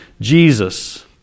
Jesus